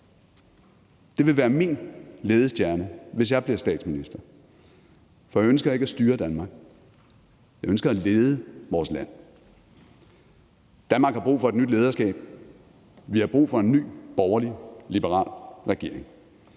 Det vil være min ledestjerne, hvis jeg bliver statsminister, for jeg ønsker ikke at styre Danmark. Jeg ønsker at lede vores land. Danmark har brug for et nyt lederskab. Vi har brug for en ny borgerlig-liberal regering,